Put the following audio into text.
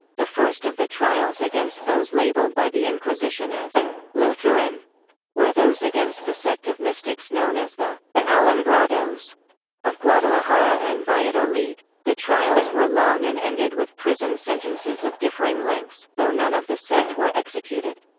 the first of the trials against those labeled by the inquisition as lutheran were those against the sect of mystics known as the alumbrados of guadalajara and valladolid. the trials were long and ended with prison sentences of differing lengths, though none of the sect were executed.